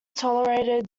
tolerated